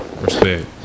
Respect